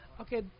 Okay